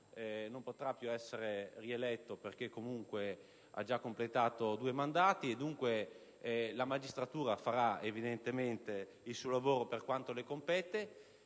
non potrà più essere rieletto, perché comunque ha già completato due mandati e dunque la magistratura farà il suo lavoro per quanto le compete.